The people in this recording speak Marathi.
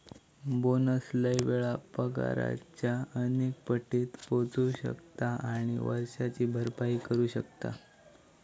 बोनस लय वेळा पगाराच्या अनेक पटीत पोचू शकता आणि वर्षाची भरपाई करू शकता